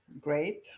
great